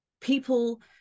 people